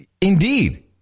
indeed